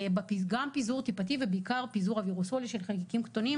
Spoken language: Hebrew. גם פיזור טיפתי ובעיקר פיזור אווירוסולי של חלקיקים קטנים